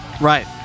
right